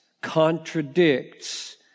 contradicts